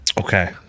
Okay